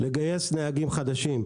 לגייס נהגים חדשים,